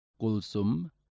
Kulsum